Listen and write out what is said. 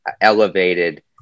elevated